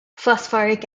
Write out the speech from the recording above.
phosphoric